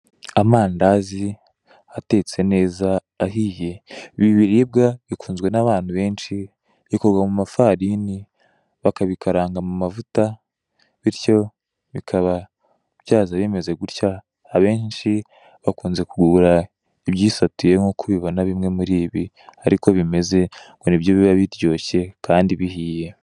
Amandazi atetse neza ahiye, ibi biribwa bikunzwe n'abantu benshi, bikorwa mu mafarini, bakabikaranga mu mavuta, bityo bikaba byaza bimeze gutya, abenshi bakunze kugura ibyifatiye nk'uko ubibona bimwe muri ibi ariko ko bimeze, ngo nibyo biba biryoshye kandi bihiye.